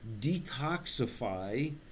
detoxify